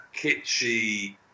kitschy